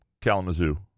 Kalamazoo